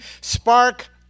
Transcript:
spark